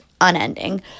unending